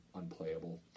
unplayable